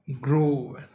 grow